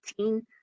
18